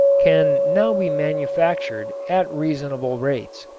can now be manufactured at reasonable rates.